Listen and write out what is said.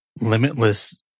limitless